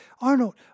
Arnold